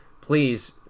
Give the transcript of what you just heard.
please